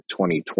2020